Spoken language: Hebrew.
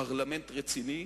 פרלמנט רציני